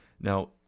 Now